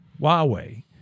Huawei